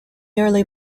early